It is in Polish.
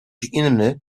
inny